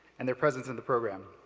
and their presence in the program.